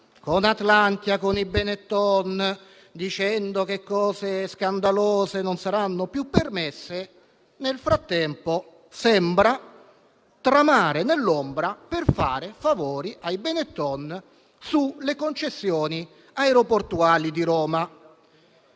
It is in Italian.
con Atlantia e con i Benetton, dicendo che cose scandalose non saranno più permesse, nel frattempo sembra tramare nell'ombra per fare favori ai Benetton sulle concessioni aeroportuali di Roma.